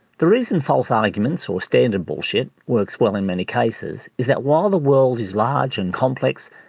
the reason false arguments or standard bullshit works well in many cases is that while the world is large and complex,